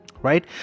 right